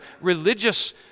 religious